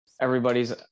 everybody's